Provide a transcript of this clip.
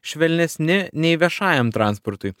švelnesni nei viešajam transportui